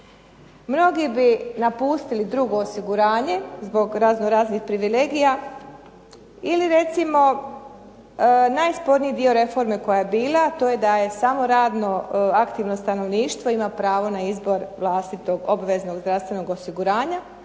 Mnogi bi napustili drugo osiguranje zbog razno raznih privilegija ili recimo najsporniji dio reforme koja je bila, a to je da je samo radno aktivno stanovništvo ima pravo na izbor vlastitog obveznog zdravstvenog osiguranja.